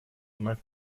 вновь